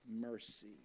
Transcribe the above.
mercy